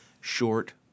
short